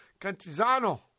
Cantizano